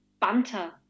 banter